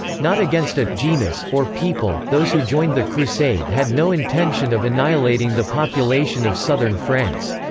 not against a genus or people those who joined the crusade had no intention of annihilating the population of southern france.